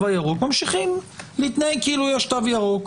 הירוק ממשיכים להתנהג כאילו יש תו ירוק.